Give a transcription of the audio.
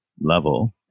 level